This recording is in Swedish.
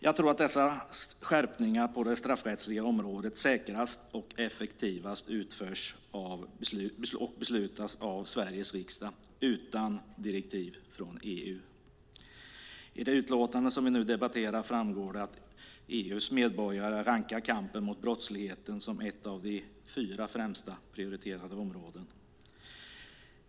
Jag tror att dessa skärpningar på det straffrättsliga området säkrast och effektivast utförs och beslutas av Sveriges riksdag utan direktiv från EU. Av det utlåtande som vi nu debatterar framgår att EU:s medborgare rankar kampen mot brottsligheten som ett av de fyra främst prioriterade områdena.